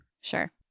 Sure